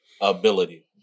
ability